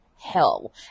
hell